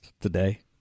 today